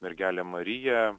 mergele marija